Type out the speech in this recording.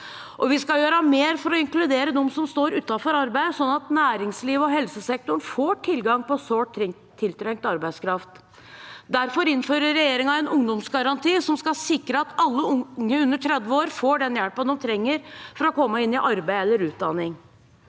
Vi skal gjøre mer for å inkludere dem som står utenfor arbeid, slik at næringslivet og helsesektoren får tilgang på sårt tiltrengt arbeidskraft. Derfor innfører regjeringen en ungdomsgaranti som skal sikre at alle unge under 30 år får den hjelpen de trenger for å komme inn i arbeid eller utdanning.